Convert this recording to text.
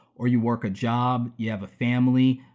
or you work a job, you have a family.